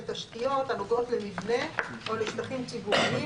תשתיות הנוגעות למבנה או לשטחים ציבוריים,